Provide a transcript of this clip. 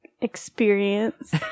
experience